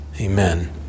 Amen